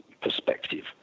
perspective